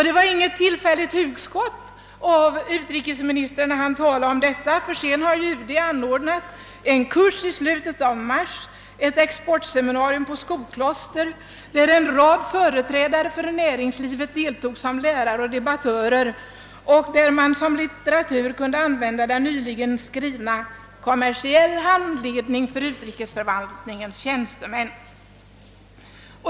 Det var inte något tillfälligt hugskott av utrikesministern när han talade härom, ty sedan dess har utrikesdepartementet anordnat en kurs i slutet av mars — ett exportseminarium på Skokloster — där en rad företrädare för näringslivet deltog som föreläsare och debattörer och där man som litteratur kunde använda den nyligen utgivna skriften »Kommersiell handledning för utrikesförvaltningens tjänstemän».